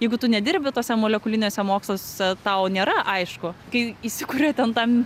jeigu tu nedirbi tuose molekuliniuose moksluose tau nėra aišku kai įsikuria ten tam